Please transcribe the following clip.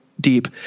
deep